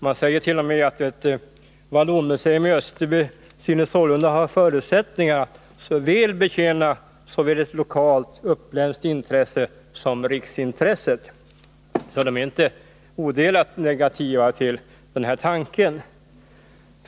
Man säger t.o.m. att ett vallonmuseum i Österby synes ha förutsättningar att betjäna såväl ett lokalt uppländskt intresse som riksintresset. Man är alltså inte odelat negativ till denna tanke.